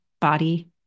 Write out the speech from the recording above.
body